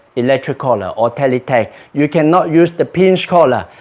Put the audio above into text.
electric collar or teletech? you cannot use the pinch collar.